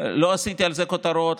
לא עשיתי על זה כותרות,